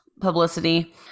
publicity